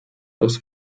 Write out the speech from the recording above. das